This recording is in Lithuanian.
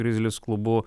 grizlis klubu